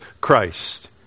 Christ